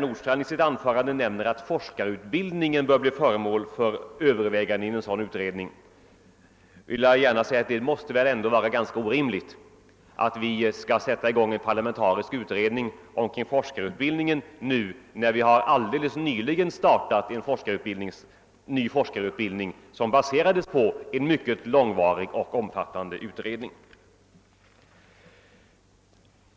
Nordstrandh, som sade att forskarutbildningen bör bli föremål för överväganden av den begärda utredningen, vill jag säga att det väl ändå är orimligt begära att vi skulle tillsätta en parlamentarisk utredning om forskarutbildningen när vi nyligen har startat en ny forskarutbildning, vilken baserades på en mycket långvarig och omfattande utredning.